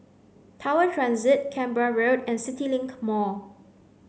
Tower Transit Canberra Road and CityLink Mall